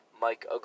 Mike